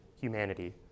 humanity